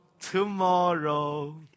tomorrow